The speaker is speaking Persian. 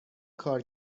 کار